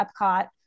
Epcot